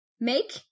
make